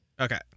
Okay